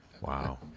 Wow